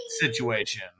situation